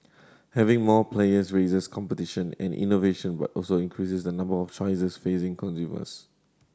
having more players raises competition and innovation but also increases the number of choices facing consumers